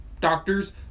doctors